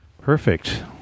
Perfect